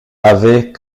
avait